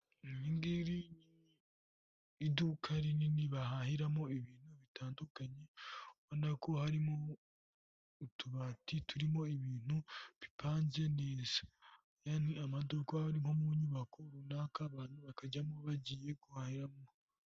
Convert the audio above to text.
Iringiri ni iduka rinini bahahiramo ibintu bitandukanye urabona ko harimo utubati turimo ibintu bipanze neza. Aya ni amaduka aba ari nko mu nyubako runaka bakajyamo bagiye guhahiramo.